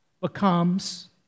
becomes